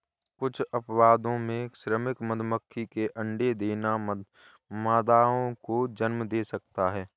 कुछ अपवादों में, श्रमिक मधुमक्खी के अंडे देना मादाओं को जन्म दे सकता है